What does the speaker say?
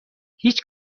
هیچ